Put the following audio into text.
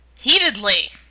Heatedly